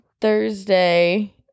Thursday